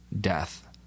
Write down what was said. death